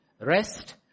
Rest